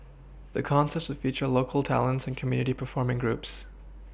the concerts feature local talents and community performing groups